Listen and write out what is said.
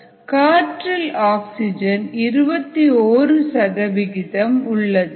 காற்றில் ஆக்சிஜன் 21 சதவிகிதம் உள்ளது